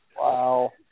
Wow